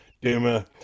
Duma